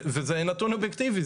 וזה נתון אובייקטיבי.